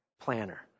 planner